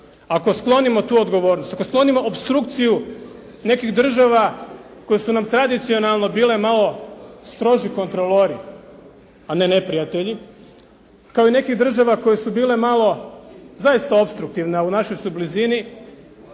Ako sklonimo tu odgovornost, ako sklonimo opstrukciju nekih država koje su nam tradicionalno bile malo stroži kontrolori a ne neprijatelji, kao i nekih država koje su bile malo zaista opstruktivne a u našoj su blizini,